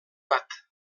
bat